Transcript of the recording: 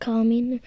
calming